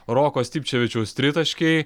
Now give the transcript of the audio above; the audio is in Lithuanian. roko stiptševičiaus tritaškiai